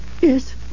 Yes